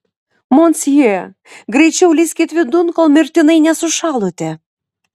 monsieur greičiau lįskit vidun kol mirtinai nesušalote